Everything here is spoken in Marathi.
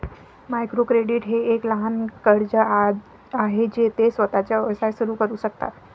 मायक्रो क्रेडिट हे एक लहान कर्ज आहे जे ते स्वतःचा व्यवसाय सुरू करू शकतात